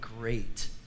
great